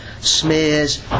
smears